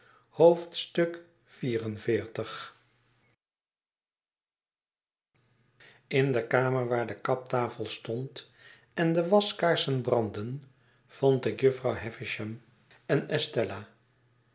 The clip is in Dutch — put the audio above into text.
hebben xliv in de kamer waar de kaptafel stond en de waskaarsen brandden vond ik jufvrouw havisham en estella